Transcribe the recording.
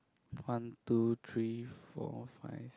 one two three four five